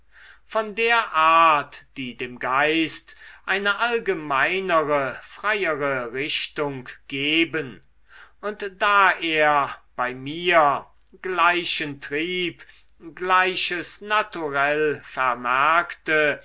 von der art die dem geist eine allgemeinere freiere richtung geben und da er bei mir gleichen trieb gleiches naturell vermerkte